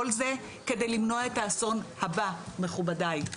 כל זה כדי למנוע את האסון הבא מכובדי,